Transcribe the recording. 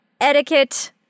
etiquette